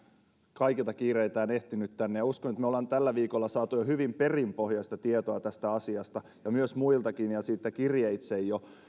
kaikilta kiireiltään ehtinyt tänne ja uskon että me olemme tällä viikolla saaneet jo hyvin perinpohjaista tietoa tästä asiasta muiltakin ja kirjeitse